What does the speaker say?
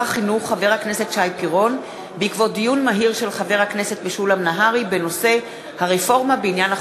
החינוך שי פירון על מסקנות ועדת החינוך,